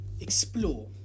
explore